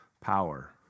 power